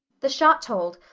the shot told,